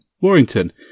warrington